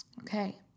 Okay